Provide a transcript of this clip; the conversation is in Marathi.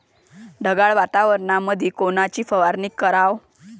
ढगाळ वातावरणामंदी कोनची फवारनी कराव?